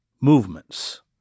movements